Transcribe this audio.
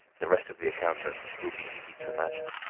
the rest of the encounter will be easy to imagine.